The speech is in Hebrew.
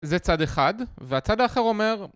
זה צד אחד, והצד האחר אומר